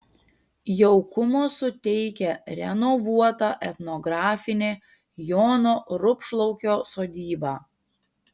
jaukumo suteikia renovuota etnografinė jono rupšlaukio sodyba